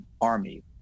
army